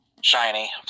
shiny